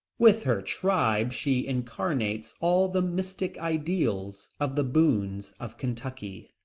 with her tribe she incarnates all the mystic ideals of the boones of kentucky.